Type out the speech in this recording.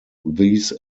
these